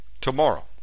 Tomorrow